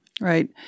right